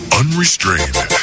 unrestrained